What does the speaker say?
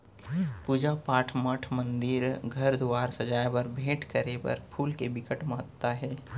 पूजा पाठ, मठ मंदिर, घर दुवार सजाए बर, भेंट करे बर फूल के बिकट महत्ता हे